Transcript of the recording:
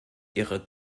ihre